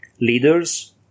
leaders